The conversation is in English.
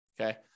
okay